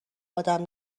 آدم